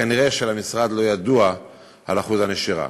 כנראה למשרד לא ידוע אחוז הנשירה.